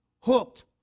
hooked